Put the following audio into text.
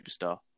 superstar